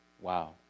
Wow